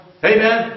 Amen